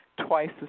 twice